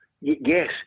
Yes